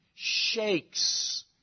shakes